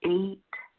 eight,